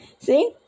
See